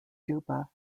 juba